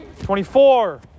24